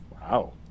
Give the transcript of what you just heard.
wow